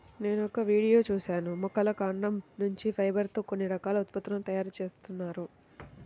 నేనొక వీడియో చూశాను మొక్కల కాండం నుంచి ఫైబర్ తో కొన్ని రకాల ఉత్పత్తుల తయారీ జేత్తన్నారు